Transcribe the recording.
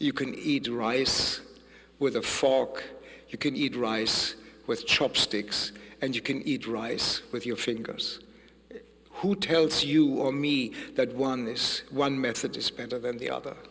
you can eat rice with a fork you can eat rice with chopsticks and you can eat rice with your fingers who tells you or me that one is one method dispenser than the